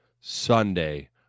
Sunday